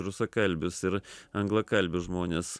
rusakalbius ir anglakalbius žmones